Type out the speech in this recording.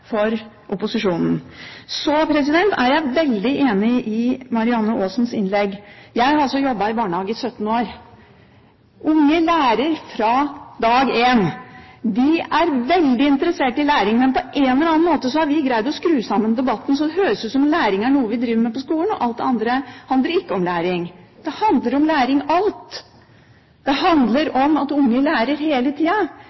for opposisjonen. Så er jeg veldig enig i det Marianne Aasen sa i sitt innlegg. Jeg har jobbet i barnehage i 17 år. Barn lærer fra dag én. De er veldig interessert i læring, men på en eller annen måte har vi greid å skru sammen debatten slik at det høres ut som om læring er noe vi driver med på skolen, og at alt det andre ikke handler om læring. Alt handler om læring. Det handler